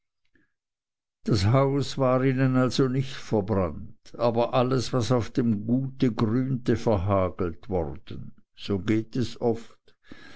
das haus war ihnen also nicht verbrannt aber alles was auf dem gute grünte verhagelt worden so geht es oft